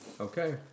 Okay